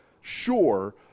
sure